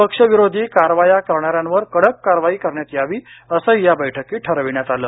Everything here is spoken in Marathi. पक्षविरोधी कारवाया करणाऱ्यांवर कडक कारवाई करण्यात यावी असंही या बैठकीत ठरविण्यात आलं